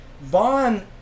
Vaughn